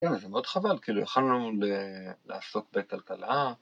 ‫כן, זה מאוד חבל, ‫יכלנו לעסוק בכלכלה.